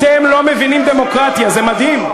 אתם לא מבינים דמוקרטיה, זה מדהים.